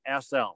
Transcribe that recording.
sl